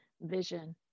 vision